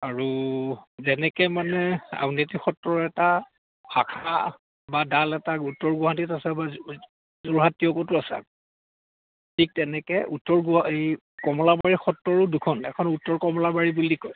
আৰু যেনেকে মানে আউনীআটি সত্ৰৰ এটা শাখা বা ডাল এটা উত্তৰ গুৱাহাটীত আছে বা যোৰহাট টীয়কতো আছে ঠিক তেনেকে উত্তৰ এই কমলাবাৰী সত্ৰৰো দুখন এখন উত্তৰ কমলাবাৰী বুলি কয়